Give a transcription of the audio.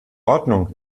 ordnung